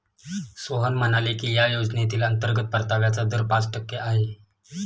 सोहन म्हणाले की या योजनेतील अंतर्गत परताव्याचा दर पाच टक्के आहे